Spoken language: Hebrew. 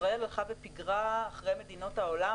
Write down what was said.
ישראל הלכה ופיגרה מאוד אחורה אחרי מדינות העולם,